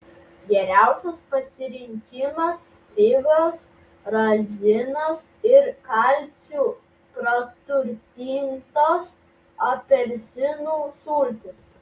geriausias pasirinkimas figos razinos ir kalciu praturtintos apelsinų sultys